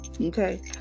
Okay